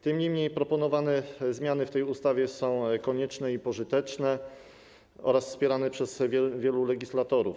Tym niemniej proponowane zmiany w tej ustawie są konieczne i pożyteczne oraz wspierane przez wielu legislatorów.